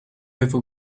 over